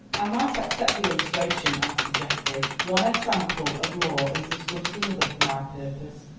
i might accept the illustration, answered geoffrey one example of law is as good as another for my purpose.